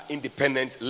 Independent